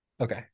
Okay